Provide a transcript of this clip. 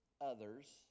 others